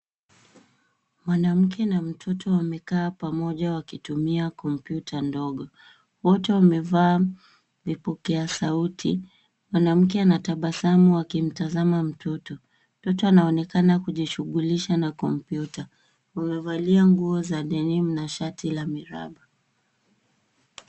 Mwanamke na mtoto wamekaa pamoja wakitumia kompyuta ndogo. Wote wamevaa vipokea sauti. Mwanamke anatabasamu akimtazama mtoto. Mtoto anaonekana kujishughulisha na kompyuta. Wamevalia nguo za denim na shati la miraba.